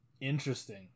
Interesting